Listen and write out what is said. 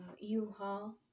u-haul